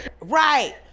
Right